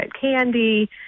candy